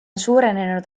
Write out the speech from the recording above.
suurenenud